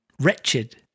Wretched